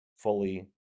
Fully